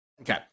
Okay